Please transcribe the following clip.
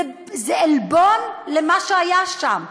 שזה עלבון למה שהיה שם,